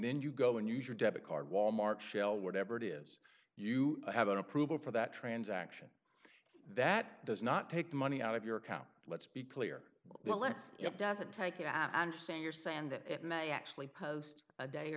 then you go and use your debit card wal mart shell whatever it is you have an approval for that transaction that does not take money out of your account let's be clear let's it doesn't take in afghanistan you're saying that it may actually post a day or